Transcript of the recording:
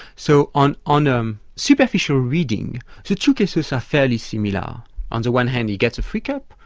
so on on um superficial reading the two cases are fairly similar on the one hand you get a free cup,